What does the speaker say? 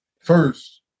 first